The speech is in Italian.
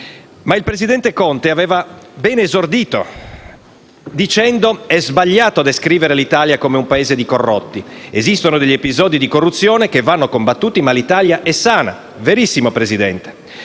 Il presidente Conte, però, aveva bene esordito, dicendo che è sbagliato descrivere l'Italia come un Paese di corrotti, che esistono degli episodi di corruzione che vanno combattuti, ma che l'Italia è sana. Verissimo, Presidente,